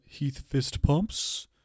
heathfistpumps